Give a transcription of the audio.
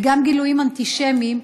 וגם גילויים אנטישמיים,